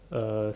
uh